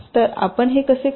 तरआपण हे कसे करता